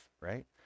right